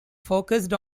focused